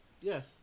Yes